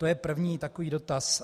To je první takový dotaz.